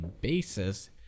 basis